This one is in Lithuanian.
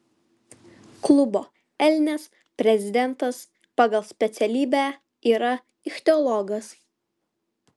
klubo elnias prezidentas pagal specialybę yra ichtiologas